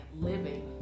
living